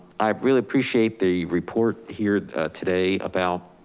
i really appreciate the report here today about